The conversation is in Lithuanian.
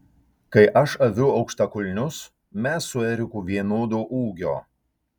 kai aš aviu aukštakulnius mes su eriku vienodo ūgio